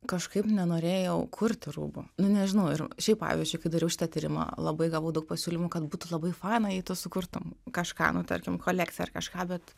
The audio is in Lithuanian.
kažkaip nenorėjau kurti rūbų nu nežinau ir šiaip pavyzdžiui kai dariau šitą tyrimą labai gavau daug pasiūlymų kad būtų labai faina jei tu sukurtum kažką nu tarkim kolekciją ar kažką bet